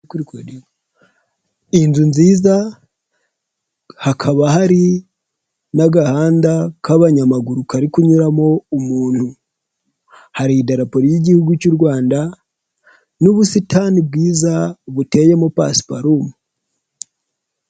Inzu nziza hakaba hari n'agahanda k'abanyamaguru kari kunyuramo umuntu, hari irapo ry'igihugu cy'u Rwanda n'ubusitani bwiza buteyemo pasiparumu.